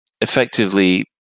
Effectively